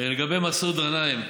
לגבי מסעוד גנאים,